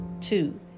Two